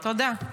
תודה.